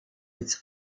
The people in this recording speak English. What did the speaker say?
its